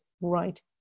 right